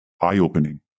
eye-opening